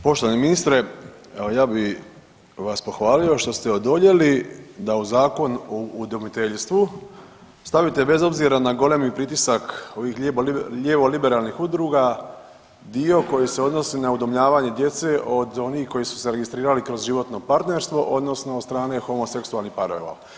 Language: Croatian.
Poštovani ministre, evo ja bih vas pohvalio što ste odoljeli da u Zakon o udomiteljstvu stavite bez obzira na golemi pritisak ovih lijevo liberalnih udruga dio koji se odnosi na udomljavanje djece od onih koji su se registrirali kroz životno partnerstvo odnosno od strane homoseksualnih parova.